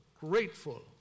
grateful